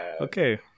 Okay